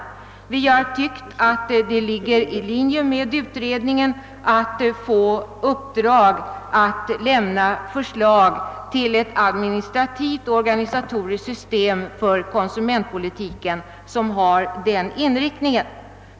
Vi har tyckt att det ligger i linje med utredningens uppdrag att utarbeta ett förslag till ett administrativt och organisatoriskt system för konsumentpolitiken som har den inriktningen.